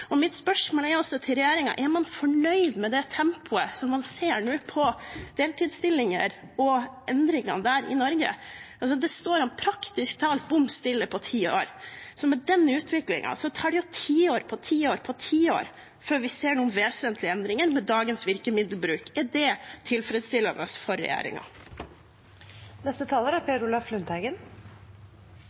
til regjeringen er om man er fornøyd med det tempoet som man nå ser innenfor deltidsstillinger og endringene der i Norge. Det har praktisk talt stått bom stille i ti år, så med den utviklingen tar det tiår, på tiår, på tiår før vi ser vesentlige endringer med dagens virkemiddelbruk. Er det tilfredsstillende for